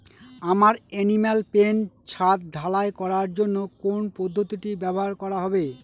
আমার animal pen ছাদ ঢালাই করার জন্য কোন পদ্ধতিটি ব্যবহার করা হবে?